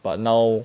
but now